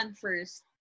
first